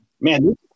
Man